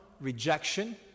rejection